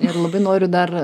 ir labai noriu dar